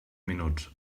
minuts